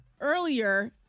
earlier